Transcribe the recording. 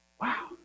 Wow